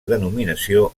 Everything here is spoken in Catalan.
denominació